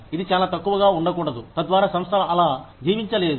ఇది చాలా తక్కువగా ఉండకూడదు తద్వారా సంస్థ అలా జీవించలేదు